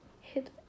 hit